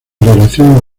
relación